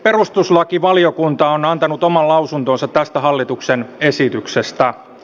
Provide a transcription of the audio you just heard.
perustuslakivaliokunta on antanut oman lausuntonsa tästä hallituksen esityksestä